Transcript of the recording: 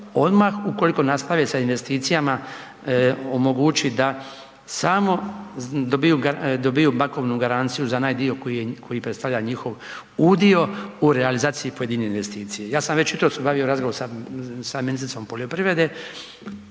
odmah ukoliko nastave sa investicijama, omogući da samo dobivaju bankovnu garanciju za onaj dio koji predstavlja njihov udio u realizaciji pojedinih investicija. Ja sam već jutros obavio razgovor sa ministricom poljoprivrede,